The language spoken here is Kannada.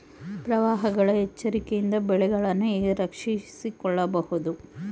ಪ್ರವಾಹಗಳ ಎಚ್ಚರಿಕೆಯಿಂದ ಬೆಳೆಗಳನ್ನು ಹೇಗೆ ರಕ್ಷಿಸಿಕೊಳ್ಳಬಹುದು?